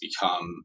become